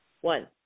One